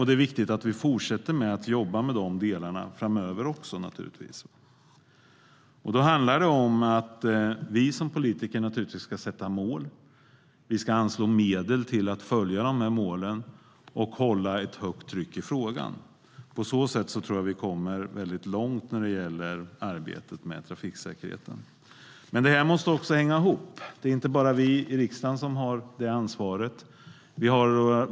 Det är viktigt att vi fortsätter att jobba med dem också framöver. Vi som politiker ska sätta upp mål. Vi ska anslå medel till att följa målen och hålla uppe ett högt tryck i frågan. På så sätt tror jag att vi kommer långt i arbetet med trafiksäkerheten. Men det måste hänga ihop. Det är inte bara vi i riksdagen som har ett ansvar.